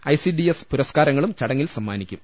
I C D S പുരസ്കാരങ്ങളും ചടങ്ങിൽ സമ്മാനിക്കും